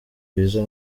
rwiza